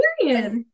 period